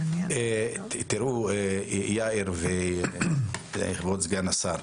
יאיר וכבוד סגן השר,